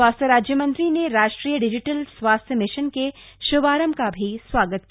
स्वास्थ्य राज्य मंत्री ने राष्ट्रीय डिजिटल स्वास्थ्य मिशन के श्भारंभ का स्वागत किया